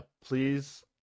please